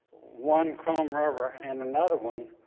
one chrome rubber, and another one,